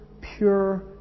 pure